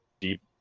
deep